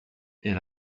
est